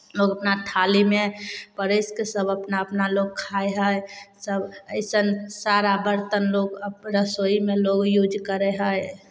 लोक अपना थारीमे परसि कऽ सभ अपना अपना लोक खाइ हइ सभ अइसन सारा बरतन लोक अपन रसोइमे लोक यूज करै हइ